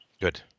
Good